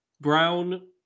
Brown